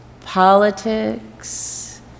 politics